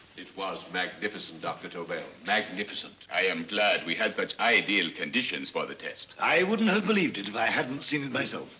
it was magnificent, dr. tobel. magnificent. i am glad we had such ideal conditions for the test. i wouldn't have believed it if i hadn't seen it myself.